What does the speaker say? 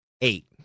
eight